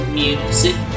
music